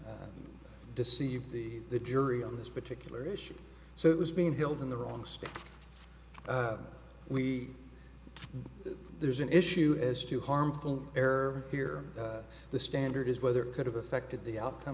to deceive the the jury on this particular issue so it was being held in the wrong state we there's an issue as to harmful air here the standard is whether it could have affected the outcome